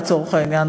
לצורך העניין,